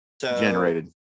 generated